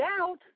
out